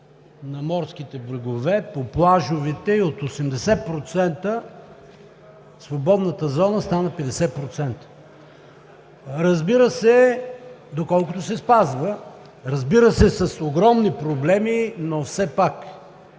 на морските брегове по плажовете. И от 80% свободната зона стана 50%, доколкото се спазва, разбира се, с огромни проблеми, но все пак